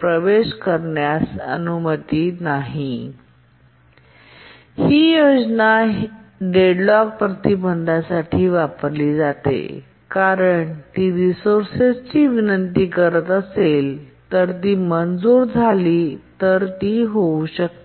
प्रवेश करण्याची अनुमती नाही आणि ही योजना ही डेडलॉक प्रतिबंधासाठी वापरली जाते कारण जर ती रिसोर्सची विनंती करत असेल आणि ती मंजूर झाली तर ती होऊ शकते